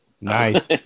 Nice